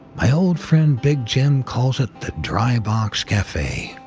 my old friend big jim calls it the dry box cafe.